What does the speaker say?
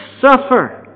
suffer